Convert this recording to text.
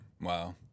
Wow